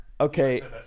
Okay